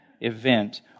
event